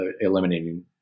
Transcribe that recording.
eliminating